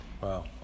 Wow